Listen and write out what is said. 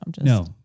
No